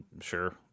Sure